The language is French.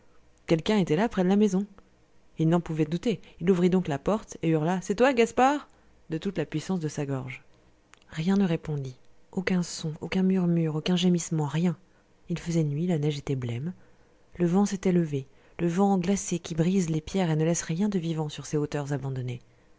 quelqu'un était là près de la maison il n'en pouvait douter il ouvrit donc la porte et hurla c'est toi gaspard de toute la puissance de sa gorge rien ne répondit aucun son aucun murmure aucun gémissement rien il faisait nuit la neige était blême le vent s'était levé le vent glacé qui brise les pierres et ne laisse rien de vivant sur ces hauteurs abandonnées